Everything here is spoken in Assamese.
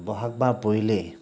বহাগ মাহ পৰিলেই